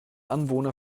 anwohner